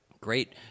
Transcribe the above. great